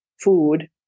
food